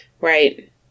right